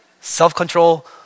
Self-control